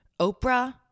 Oprah